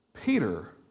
Peter